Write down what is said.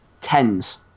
tens